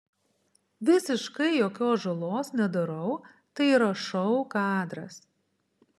visiškai jokios žalos nedarau tai yra šou kadras